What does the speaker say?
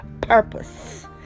purpose